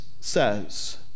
says